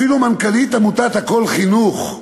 אפילו מנכ"לית עמותת "הכול חינוך",